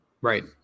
Right